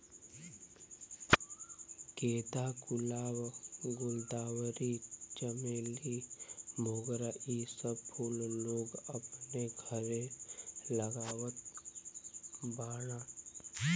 गेंदा, गुलाब, गुलदावरी, चमेली, मोगरा इ सब फूल लोग अपने घरे लगावत बाड़न